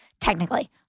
technically